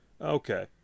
Okay